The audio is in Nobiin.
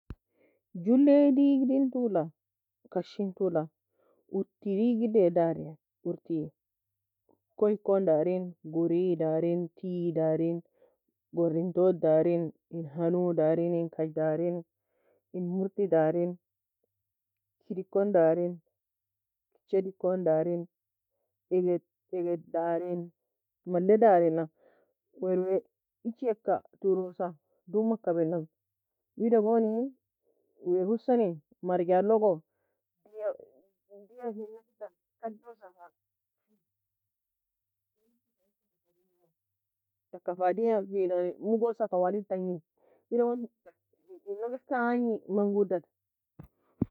Jullie digidin toula, kashin tuola, urti digidea darin Urtiey, koye ekon darin, Gore darin, Tii darin, Goren toud darin, in Hano darin, in kag darin, in Murti darin, kid ikon darin, kichad ikon darin, egged gged darin, malle darinna. Werwea icheka torusa duma kabenan. Wida goni wae husani marjalogo deaia deaiafin akitan kaddosa fa, taka fa diafina mogosa tawalig tagnina, wida gon inog eska agni manodan.